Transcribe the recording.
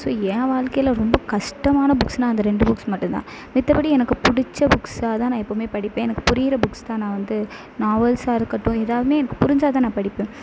so என் வாழ்க்கையில் ரொம்ப கஷ்டமான புக்ஸ்னா அந்த ரெண்டு புக்ஸ் மட்டுந்தான் மத்தபடி எனக்கு பிடிச்ச புக்ஸாக தான் நான் எப்போவுமே படிப்பேன் எனக்கு புரியிற புக்ஸ்தான் நான் வந்து நாவல்ஸாக இருக்கட்டும் எதாவுமே எனக்கு புரிஞ்சாதான் நான் படிப்பேன்